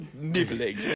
nibbling